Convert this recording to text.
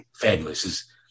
Fabulous